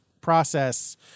process